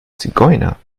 zigeuner